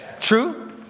True